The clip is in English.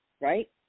Right